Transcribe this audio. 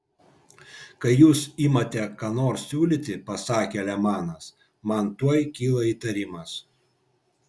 kai jūs imate ką nors siūlyti pasakė lemanas man tuoj kyla įtarimas